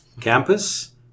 campus